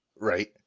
Right